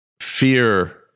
fear